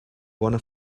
bona